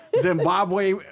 Zimbabwe